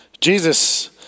Jesus